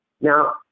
Now